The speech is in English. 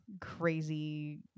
crazy